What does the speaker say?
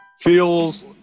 feels